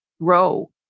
grow